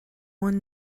one